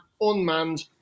unmanned